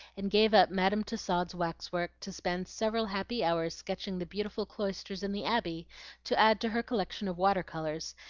and gave up madam tussaud's wax-work to spend several happy hours sketching the beautiful cloisters in the abbey to add to her collection of water-colors,